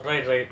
right right